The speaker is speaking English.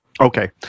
Okay